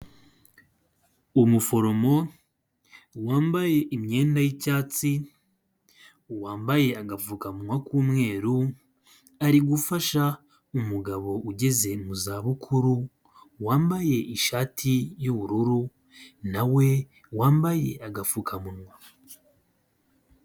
Umuforomo wambaye imyenda y'icyatsi, wambaye agapfukamunwa k'umweru, ari gufasha umugabo ugeze mu zabukuru wambaye ishati y'ubururu na we wambaye agapfukamunwa.